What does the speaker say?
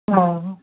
हा